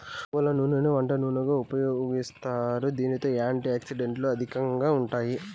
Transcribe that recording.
నువ్వుల నూనెని వంట నూనెగా ఉపయోగిస్తారు, దీనిలో యాంటీ ఆక్సిడెంట్లు అధికంగా ఉంటాయి